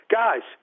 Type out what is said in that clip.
guys